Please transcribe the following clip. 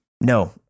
No